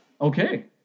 Okay